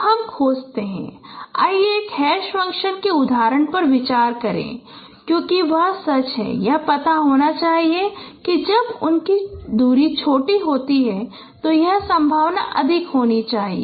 तो हम खोजते हैं आइए एक हैश फ़ंक्शन के उदाहरण पर विचार करें क्योंकि यह सच है कि यह पता होना चाहिए कि जब उनकी दूरी छोटी होती है तो यह संभावना अधिक होनी चाहिए